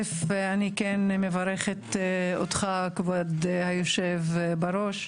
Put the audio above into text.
אני מברכת אותך, כבוד היושב-ראש.